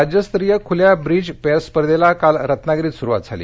bridge राज्यस्तरीय खुल्या bridge pairs स्पर्धेला काल रत्नागिरीत सुरूवात झाली